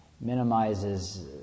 minimizes